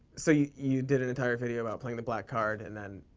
so you. you did an entire video about playing the black card, and then.